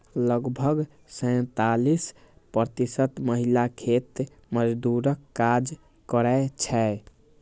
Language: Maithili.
लगभग सैंतालिस प्रतिशत महिला खेत मजदूरक काज करै छै